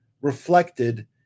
reflected